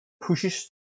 pushes